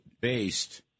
based